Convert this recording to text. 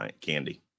candy